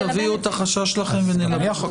תביעו את החשש שלכם ונלבן אותו.